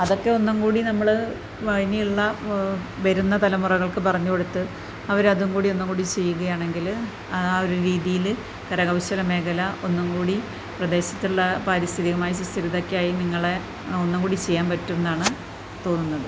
അതൊക്കെ ഒന്നും കൂടി നമ്മൾ ഇനിയുള്ള വരുന്ന തലമുറകൾക്ക് പറഞ്ഞുകൊടുത്ത് അവരതും കൂടി ഒന്നുകൂടി ചെയ്യുകയാണെങ്കിൽ ആ ഒരു രീതിയിൽ കരകൗശല മേഖല ഒന്നും കൂടി പ്രദേശത്തുള്ള പാരിസ്ഥിതികമായ സുസ്ഥിരതക്കായി നിങ്ങളെ ഒന്നും കൂടി ചെയ്യാൻ പറ്റുംന്നാണ് തോന്നുന്നത്